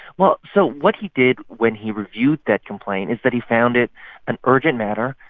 well, so what he did when he reviewed that complaint is that he found it an urgent matter.